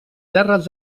terres